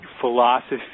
philosophy